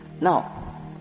Now